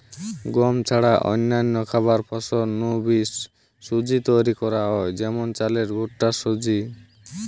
গম ছাড়া অন্যান্য খাবার ফসল নু বি সুজি তৈরি করা হয় যেমন চালের ভুট্টার সুজি